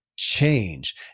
change